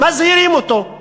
מזהירים אותו.